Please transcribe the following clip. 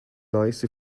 nice